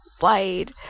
wide